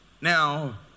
Now